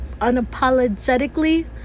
unapologetically